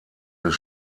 des